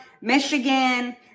Michigan